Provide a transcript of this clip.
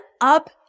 up